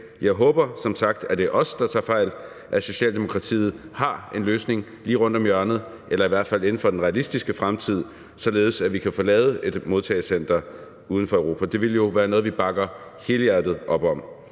Jeg håber som sagt, at det er os, der tager fejl, og at Socialdemokratiet har en løsning lige rundt om hjørnet eller i hvert fald inden for den realistiske fremtid, således at vi kan få lavet et modtagecenter uden for Europa. Det ville jo være noget, vi bakker helhjertet op om.